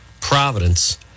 Providence